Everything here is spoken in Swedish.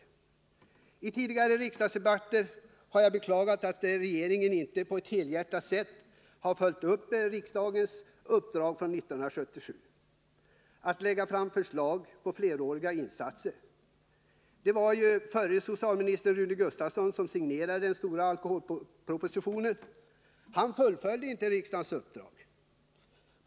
Jag har tidigare i riksdagsdebatter beklagat att regeringen inte på ett helhjärtat sätt har följt upp riksdagens uppdrag från 1977 — att lägga fram förslag till fleråriga insatser. Det var ju förre socialministern Rune Gustavsson som signerade den stora alkoholpropositionen. Han fullföljde inte riksdagens uppdrag.